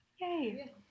Yay